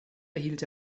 erhielt